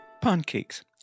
Pancakes